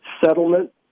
settlement